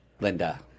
Linda